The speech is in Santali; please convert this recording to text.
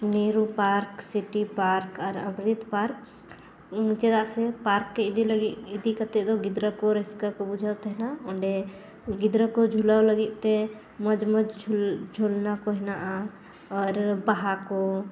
ᱱᱮᱦᱮᱨᱩ ᱯᱟᱨᱠ ᱥᱤᱴᱤ ᱯᱟᱨᱠ ᱟᱨ ᱟᱵᱨᱤᱛ ᱯᱟᱨᱠ ᱪᱮᱫᱟᱜ ᱥᱮ ᱯᱟᱨᱠ ᱨᱮ ᱤᱫᱤ ᱞᱟᱹᱜᱤᱫ ᱤᱫᱤ ᱠᱟᱛᱮ ᱫᱚ ᱜᱤᱫᱽᱨᱟᱹ ᱠᱚ ᱨᱟᱹᱥᱠᱟᱹ ᱠᱚ ᱵᱩᱡᱷᱟᱹᱣ ᱛᱟᱦᱮᱱᱟ ᱚᱸᱰᱮ ᱜᱤᱫᱽᱨᱟᱹ ᱠᱚ ᱡᱷᱩᱞᱟᱹᱣ ᱞᱟᱹᱜᱤᱫ ᱛᱮ ᱢᱚᱡᱽ ᱢᱚᱡᱽ ᱡᱷᱩᱞ ᱡᱷᱩᱞᱱᱟ ᱠᱚ ᱦᱮᱱᱟᱜᱼᱟ ᱟᱨ ᱵᱟᱦᱟ ᱠᱚ